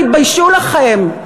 תתביישו לכם.